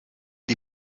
die